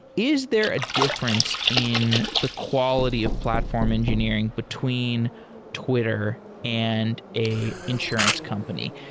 is there a difference in the quality of platform engineering between twitter and a insurance company?